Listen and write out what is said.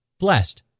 blessed